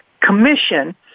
Commission